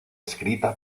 escrita